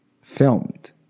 filmed